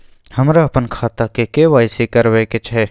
हमरा अपन खाता के के.वाई.सी करबैक छै